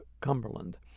Cumberland